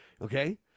okay